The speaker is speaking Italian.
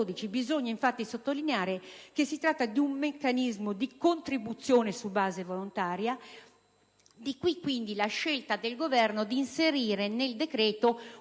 Bisogna, infatti, sottolineare che si tratta di un meccanismo di contribuzione su base volontaria. Di qui, dunque, la scelta del Governo di inserire nel decreto-legge